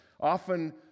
often